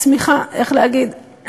הצמיחה, איך להגיד?